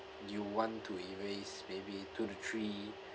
you want to erase maybe two to three